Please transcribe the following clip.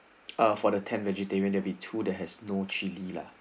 ah for the ten vegetarian there be two that has no chilli lah